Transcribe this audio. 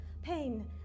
Pain